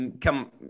come